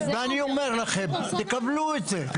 ואני אומר לכם וקבלו את זה,